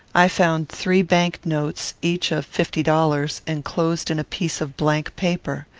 i found three bank-notes, each of fifty dollars, enclosed in a piece of blank paper.